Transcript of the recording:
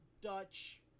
dutch